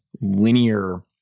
linear